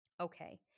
Okay